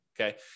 okay